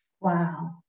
Wow